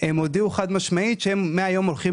הם הודיעו חד משמעית שמהיום הם הולכים